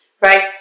right